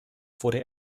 wurde